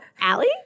Allie